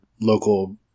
local